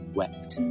wept